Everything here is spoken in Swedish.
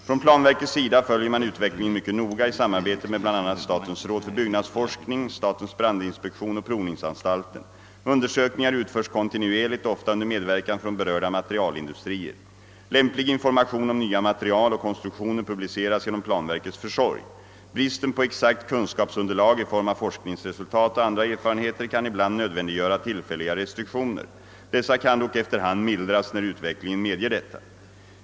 Från planverkets sida följer man utvecklingen mycket noga i samarbete med bl.a. statens råd för byggnadsforskning, statens brandinspektion och provningsanstalten. Undersökningar utförs kontinuerligt, ofta under medverkan från berörda materialindustrier. Lämplig information om nya material och konstruktioner publiceras genom planverkets försorg. Bristen på exakt kunskapsunderlag i form av forskningsresultat och andra erfarenheter kan ibland nödvändiggöra tillfälliga restriktioner. Dessa kan dock efter hand mildras, när utvecklingen medger detta.